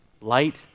Light